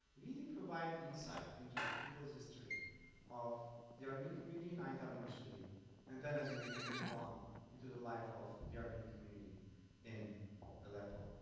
really provide insight into the people's history of the armenian community in aintab initially and then as we will move on into the life of the armenian community in aleppo.